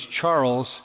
Charles